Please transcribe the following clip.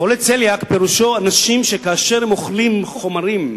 חולי צליאק פירושו אנשים שכאשר הם אוכלים חומרים,